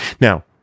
Now